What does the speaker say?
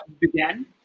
began